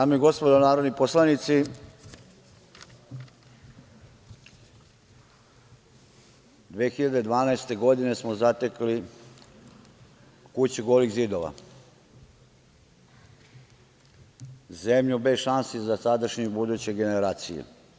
Dame i gospodo narodni poslanici, 2012. godine smo zatekli kuću golih zidova, zemlju bez šansi za sadašnje i buduće generacije.